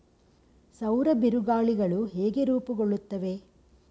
ಸೌರ ಬಿರುಗಾಳಿಗಳು ಹೇಗೆ ರೂಪುಗೊಳ್ಳುತ್ತವೆ?